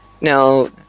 Now